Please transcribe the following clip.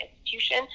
institution